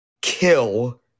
kill